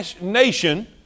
nation